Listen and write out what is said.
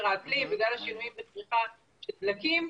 האקלים ובגלל השינוי בצריכה של דלקים,